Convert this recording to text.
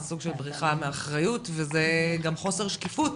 זה סוג של בריחה מאחריות וזה גם חוסר שקיפות